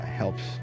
helps